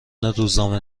روزنامه